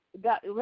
got